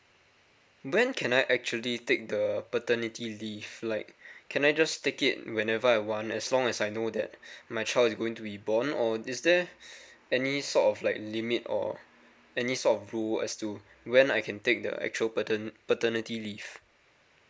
when can I actually take the paternity leave like can I just take it whenever I want as long as I know that my child is going to be born or is there any sort of like limit or any sort of rule as to when I can take the actual pater paternity leave